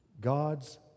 God's